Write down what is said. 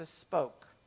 spoke